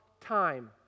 time